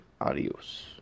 adios